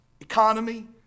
economy